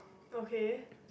okay